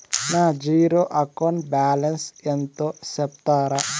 నా zero account balance ఎంతో సెప్తారా?